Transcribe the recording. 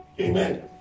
Amen